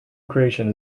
creation